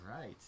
right